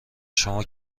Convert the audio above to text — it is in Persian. شما